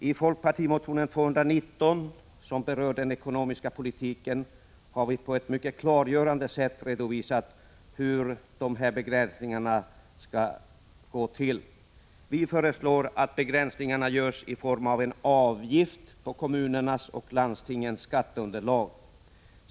I folkpartimotionen 219, som berör den ekonomiska politiken, har vi på ett mycket klargörande sätt redovisat hur dessa begränsningar skall genomföras. Vi föreslår att begränsningarna görs i form av en avgift på kommunernas och landstingens skatteunderlag.